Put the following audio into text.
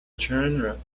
genre